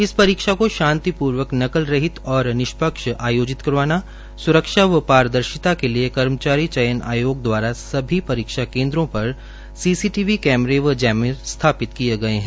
इस परीक्षा को शांतिपूर्वक नकल रहित और निष्पक्ष आयोजित करवाना स्रक्षा व पारदर्शिता के लिये कर्मचारी चयन आयोग सभी परीक्षा केन्द्रों पर सीसीटीवी कैमरे व जैमर स्थापित किए गये है